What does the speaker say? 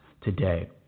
today